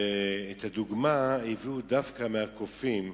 את הדוגמה הביאו דווקא מהקופים,